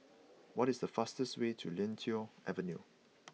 what is the fastest way to Lentor Avenue